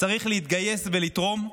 צריך להתגייס ולתרום,